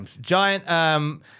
Giant